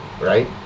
right